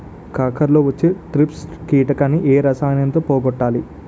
కాకరలో వచ్చే ట్రిప్స్ కిటకని ఏ రసాయనంతో పోగొట్టాలి?